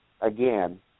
again